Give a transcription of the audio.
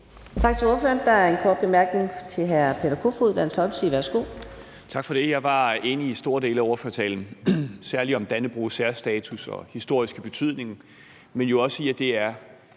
Tak for det. Jeg var enig i store dele af ordførertalen, særlig i det med Dannebrogs særstatus og historiske betydning, men jo også i, at det er